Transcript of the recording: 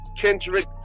Kendrick